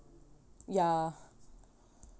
ya